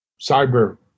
cyber